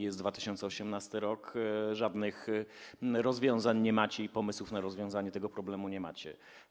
Jest 2018 r., żadnych rozwiązań i pomysłów na rozwiązanie tego problemu nie macie.